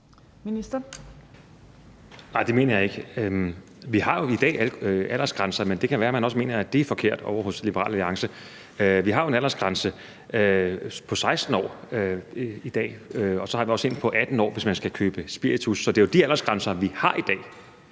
Heunicke): Nej, det mener jeg ikke. Vi har jo i dag aldersgrænser, men det kan være, man også mener, at det er forkert ovre hos Liberal Alliance. Vi har jo en aldersgrænse på 16 år i dag, og så har vi også en på 18 år, hvis man skal købe spiritus. Så det er jo de aldersgrænser, vi har i dag,